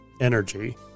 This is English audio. energy